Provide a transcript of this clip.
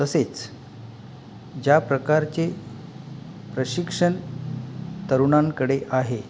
तसेच ज्या प्रकारचे प्रशिक्षण तरुणांकडे आहे